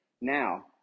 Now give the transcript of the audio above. now